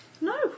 No